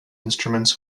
instruments